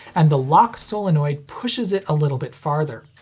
and the lock solenoid pushes it a little bit farther.